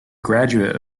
graduate